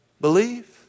believe